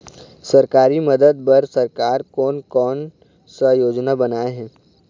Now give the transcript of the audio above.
सरकारी मदद बर सरकार कोन कौन सा योजना बनाए हे?